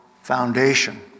Foundation